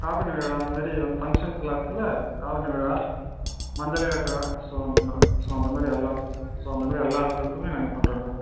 காதணி விழா அந்த மாதிரி வந்து ஃபங்க்ஷன்ஸெல்லாம் இருக்குல காதணி விழா மஞ்சள் நீராட்டு விழா ஸோ அந்தமாதிரி ஸோ அந்தமாதிரி எல்லாம் ஸோ அந்தமாதிரி எல்லா இதுக்குமே நாங்கள் பண்ணுறோம் சார்